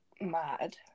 mad